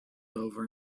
over